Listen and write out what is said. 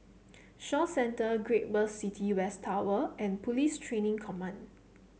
Shaw Centre Great World City West Tower and Police Training Command